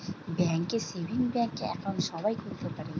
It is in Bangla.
ব্যাঙ্ক এ সেভিংস ব্যাঙ্ক একাউন্ট সবাই খুলতে পারে